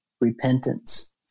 repentance